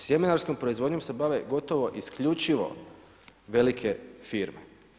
Sjemenarskom proizvodnjom se bave gotovo isključivo velike firme.